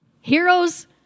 Heroes